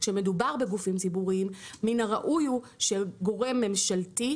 כשמדובר בגופים ציבוריים מן הראוי הוא שגורם ממשלתי,